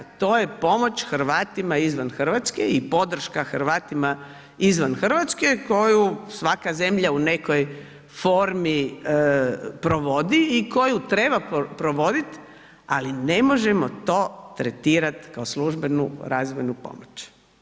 To je pomoć Hrvatima izvan Hrvatske i podrška Hrvatima izvan Hrvatske koju svaka zemlja u nekoj formi provodi i koju treba provodit ali ne možemo to tretirati kao službenu razvojnu pomoć.